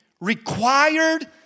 required